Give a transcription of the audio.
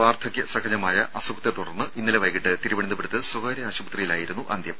വാർധക്യ സഹജമായ അസുഖത്തെത്തുടർന്ന് ഇന്നലെ വൈകിട്ട് തിരുവനന്തപുരത്ത് സ്വകാര്യ ആശുപത്രിയിലായിരുന്നു അന്ത്യം